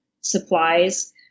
supplies